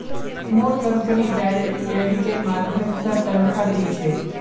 मोर company direct क्रेडिटेर माध्यम स तनख़ा दी छेक